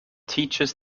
teaches